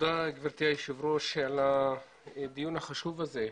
תודה גברתי יושבת הראש על הדיון החשוב הזה,